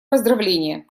поздравления